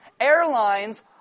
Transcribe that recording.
Airlines